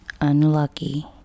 unlucky